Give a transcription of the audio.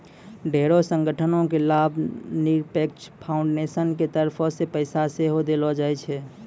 ढेरी संगठनो के लाभनिरपेक्ष फाउन्डेसन के तरफो से पैसा सेहो देलो जाय छै